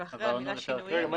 ואחרי המילה "שינוים"